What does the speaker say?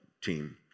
team